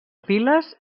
piles